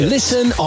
Listen